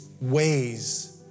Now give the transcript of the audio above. ways